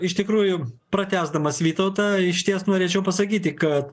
iš tikrųjų pratęsdamas vytautą išties norėčiau pasakyti kad